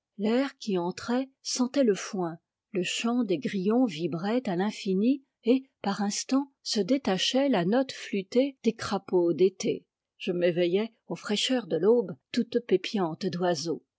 qui entrait sentait le foin le chant des grillons vibrait à l'infini et par instants se détachait la note flûtée des crapauds d'été je m'éveillais aux fraîcheurs de l'aube toute pépiante d'oiseaux